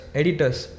editors